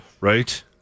Right